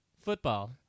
football